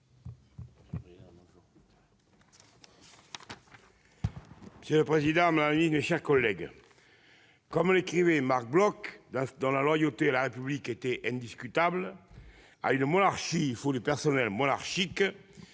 madame la ministre, mes chers collègues, comme l'écrivait Marc Bloch, dont la loyauté à la République est indiscutable :« À une monarchie, il faut du personnel monarchique.